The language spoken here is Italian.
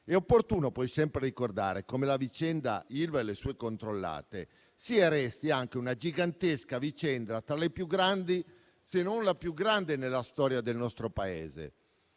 È opportuno, poi, ricordare sempre come il caso dell'Ilva e delle sue controllate sia e resti anche una gigantesca vicenda - tra le più grandi, se non la più grande nella storia del nostro Paese